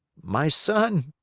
my son,